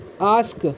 ask